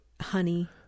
honey